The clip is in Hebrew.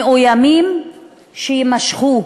מאוימים שיימשכו,